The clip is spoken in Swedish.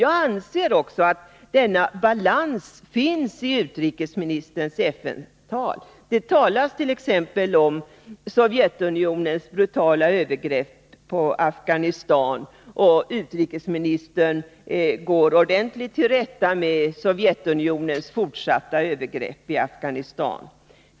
Jag anser också att denna balans fanns i utrikesministerns FN-tal. Han talade t.ex. om Sovjetunionens brutala övergrepp på Afghanistan, och han gick ordentligt till rätta med de fortsatta övergreppen där.